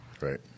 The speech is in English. Right